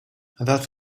that